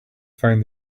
find